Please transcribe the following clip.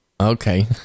Okay